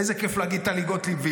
איזה כיף להגיד "טלי גוטליב",